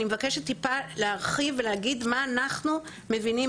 אני מבקשת טיפה להרחיב ולהגיד מה אנחנו מבינים,